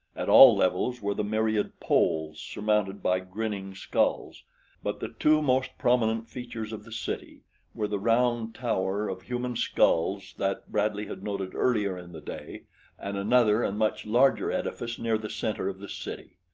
at all levels were the myriad poles surmounted by grinning skulls but the two most prominent features of the city were the round tower of human skulls that bradley had noted earlier in the day and another and much larger edifice near the center of the city.